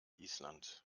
island